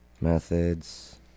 Methods